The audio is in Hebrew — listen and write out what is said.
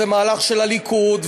זה מהלך של הליכוד,